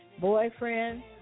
boyfriend